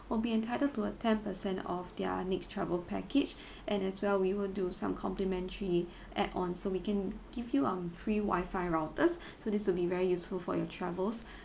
will be entitled to a ten percent off their next travel package and as well we will do some complimentary add on so we can give you um free wifi routers so this will be very useful for your travels